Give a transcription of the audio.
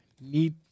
need